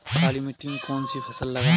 काली मिट्टी में कौन सी फसल लगाएँ?